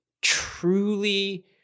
truly